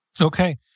Okay